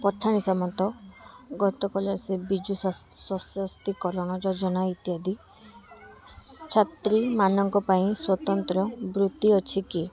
ପଠାଣି ସାମନ୍ତ ଗତ ସ୍କଲାରସିପ ବିଜୁ ସଶସ୍ତିକରଣ ଯୋଜନା ଇତ୍ୟାଦି ଛାତ୍ରୀ ମାନଙ୍କ ପାଇଁ ସ୍ବତନ୍ତ୍ର ବୃତ୍ତି ଅଛି କି